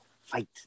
fight